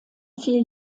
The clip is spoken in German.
vier